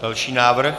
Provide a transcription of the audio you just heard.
Další návrh.